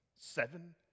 Seven